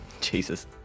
Jesus